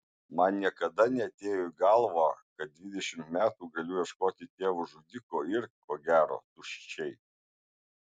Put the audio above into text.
man niekada neatėjo į galvą kad dvidešimt metų galiu ieškoti tėvo žudiko ir ko gero tuščiai